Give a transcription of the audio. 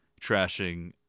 trashing